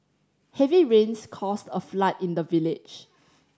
heavy rains caused a flood in the village